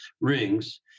rings